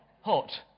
Hot